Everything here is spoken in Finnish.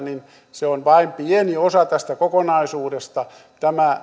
se on vain pieni osa tästä kokonaisuudesta